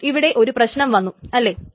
അപ്പോൾ ഇവിടെ ഒരു പ്രശ്നം വന്നു അല്ലേ